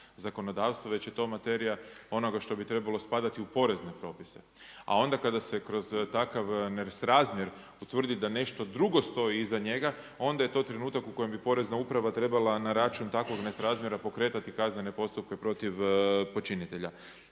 zakonodavstva, već je to materija onoga što bi trebalo spadati u porezne propise, a onda kada se kroz takav nesrazmjer utvrdi da nešto drugo stoji iza njega onda je to trenutak u kojem bi Porezna uprava trebala na račun takvog nesrazmjera pokretati kaznene postupke protiv počinitelja.